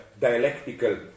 dialectical